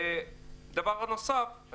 ודבר נוסף,